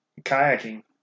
kayaking